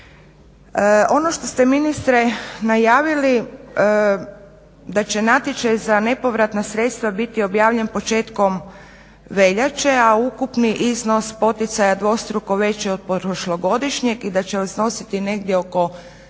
Ono što ste ministre najavili da će natječaj za nepovratna sredstva biti objavljen početkom veljače, a ukupni iznos poticaja dvostruko veći od prošlogodišnjeg i da će iznositi negdje oko